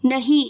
नहीं